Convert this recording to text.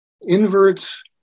inverts